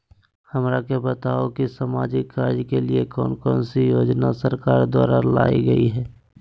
हमरा के बताओ कि सामाजिक कार्य के लिए कौन कौन सी योजना सरकार द्वारा लाई गई है?